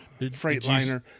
freightliner